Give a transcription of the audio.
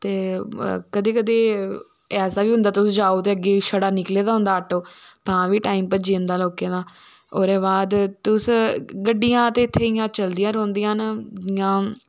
ते कदे कदे ऐसा बी होंदा तुस जाओ ते अग्गे छड़ा निकले दा होंदा ऑटो तां बी टाईम भज्जी जंदी लोकें दा ओह्दे बाद तुस गड्डियां ते इत्थे चलदियां रौह्ंदियां न जियां